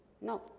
no